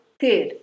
ter